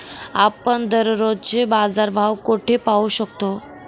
आपण दररोजचे बाजारभाव कोठे पाहू शकतो?